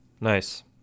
Nice